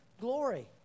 glory